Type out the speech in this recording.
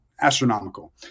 astronomical